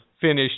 finished